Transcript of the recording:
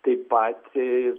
tai pat